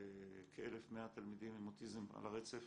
כ-1,100 תלמידים עם אוטיזם על הרצף